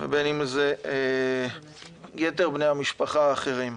ובין אם זה בני המשפחה האחרים.